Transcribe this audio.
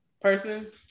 person